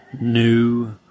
new